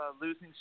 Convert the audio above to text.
losing